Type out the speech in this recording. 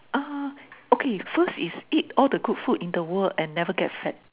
ah okay first is eat all the good food in the world and never get fat